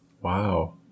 Wow